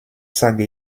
sage